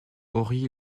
ory